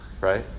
right